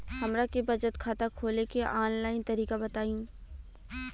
हमरा के बचत खाता खोले के आन लाइन तरीका बताईं?